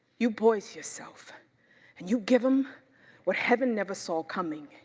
you poise yourself and you give them what heaven never saw coming.